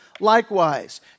Likewise